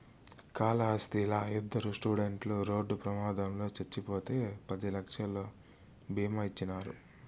కాళహస్తిలా ఇద్దరు స్టూడెంట్లు రోడ్డు ప్రమాదంలో చచ్చిపోతే పది లక్షలు బీమా ఇచ్చినారు